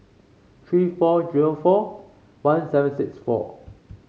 three four zero four one seven six four